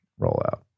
rollout